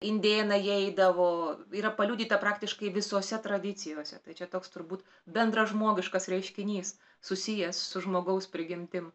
indėnai eidavo yra paliudytą praktiškai visose tradicijose tai čia toks turbūt bendražmogiškas reiškinys susijęs su žmogaus prigimtim